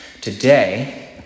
Today